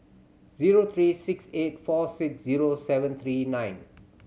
zero three six eight four six zero seven three nine